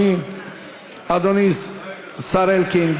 אדוני השר אלקין,